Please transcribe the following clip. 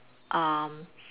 um